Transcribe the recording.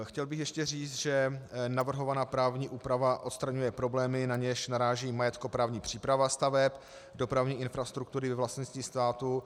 Chtěl bych ještě říct, že navrhovaná právní úprava odstraňuje problémy, na něž naráží majetkoprávní příprava staveb dopravní infrastruktury ve vlastnictví státu.